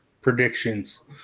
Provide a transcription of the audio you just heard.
predictions